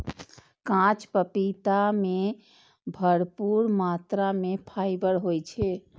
कांच पपीता मे भरपूर मात्रा मे फाइबर होइ छै